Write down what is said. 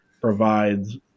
provides